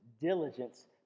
diligence